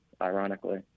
ironically